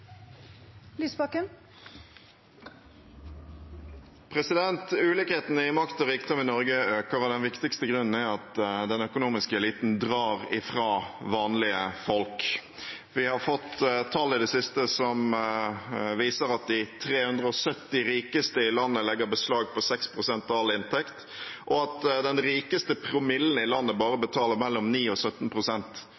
at den økonomiske eliten drar ifra vanlige folk. Vi har fått tall i det siste som viser at de 370 rikeste i landet legger beslag på 6 pst. av all inntekt, og at den rikeste promillen i landet bare